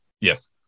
Yes